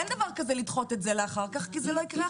אין דבר כזה לדחות את זה לאחר כך כי אחר כך זה לא יקרה.